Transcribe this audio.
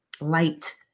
Light